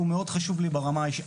הוא מאוד חשוב לי ברמה האישית.